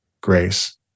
grace